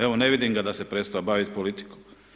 Evo ne vidim ga da se prestao baviti politikom.